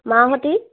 মাহঁতি